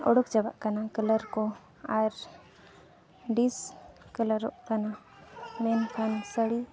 ᱚᱰᱚᱠ ᱪᱟᱵᱟᱜ ᱠᱟᱱᱟ ᱠᱟᱞᱟᱨ ᱠᱚ ᱟᱨ ᱰᱤᱥᱠᱟᱞᱟᱨᱚᱜ ᱠᱟᱱᱟ ᱢᱮᱱᱠᱷᱟᱱ ᱥᱟᱹᱲᱤ ᱨᱮᱭᱟᱜ